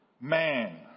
man